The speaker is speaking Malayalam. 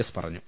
എസ് പറഞ്ഞു